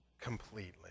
completely